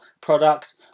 product